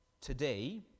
today